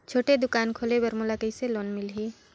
छोटे दुकान खोले बर मोला कइसे लोन मिलही?